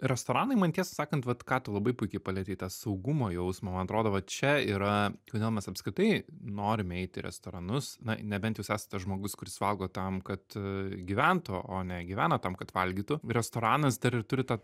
restoranai man tiesą sakant vat ką tu labai puikiai palietei tą saugumo jausmą man atrodo va čia yra kodėl mes apskritai norime eit į restoranus na nebent jūs esate žmogus kuris valgo tam kad gyventų o ne gyvena tam kad valgytų restoranas dar ir turi tą